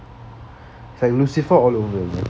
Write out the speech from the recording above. is like lucifer all over again